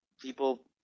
people